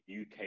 UK